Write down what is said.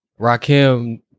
Rakim